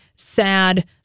sad